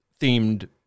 themed